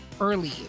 early